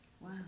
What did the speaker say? Wow